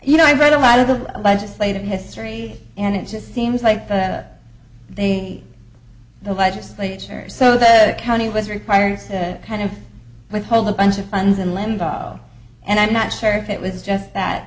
you know i read a lot of the legislative history and it just seems like that they the legislature so that county was required that kind of withhold a bunch of funds in limbo and i'm not sure if it was just that